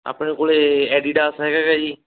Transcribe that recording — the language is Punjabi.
ਆਪਣੇ ਕੋਲ ਐਡੀਡਾਸ ਹੈਗਾ ਗਾ ਜੀ